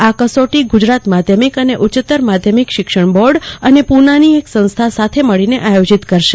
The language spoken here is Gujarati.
આ કસોટી ગુજરાત માધ્યમિક ને ઉચ્ય માધ્યમિક શિક્ષણ બોર્ડ અને પુનાની એક સંસ્થા સાથે મળીને આયોજિત કરશે